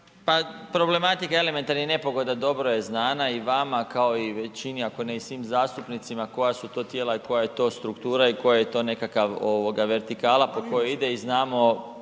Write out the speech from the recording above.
Pa problematika elementarnih nepogoda dobro je znana i vama, kao i većini, ako ne i svim zastupnicima, koja su to tijela i koja je to struktura i koja je to nekakav ovoga vertikala po kojoj ide i znamo,